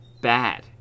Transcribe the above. bad